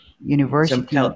university